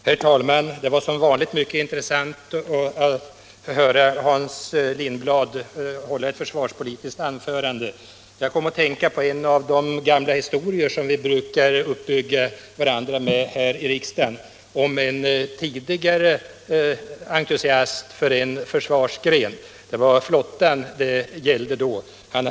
Herr talman! Det var som vanligt mycket intressant att höra Hans Lindblad hålla ett försvarspolitiskt anförande. Jag kom att tänka på en av de gamla historier som vi brukar uppbygga varandra med här i riksdagen och som handlar om en tidigare entusiast för en annan försvarsgren. Det var flottan det gällde den gången.